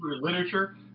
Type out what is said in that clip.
literature